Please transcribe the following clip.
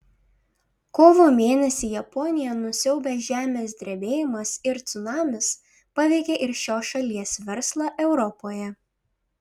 kovo mėnesį japoniją nusiaubęs žemės drebėjimas ir cunamis paveikė ir šios šalies verslą europoje